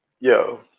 yo